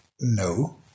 No